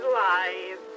life